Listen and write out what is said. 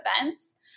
events